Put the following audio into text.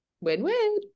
Win-win